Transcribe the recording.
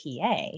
PA